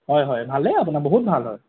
হয় হয় ভালেই আপোনাৰ বহুত ভাল হয়